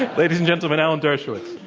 ladies and gentlemen, alan dershowitz.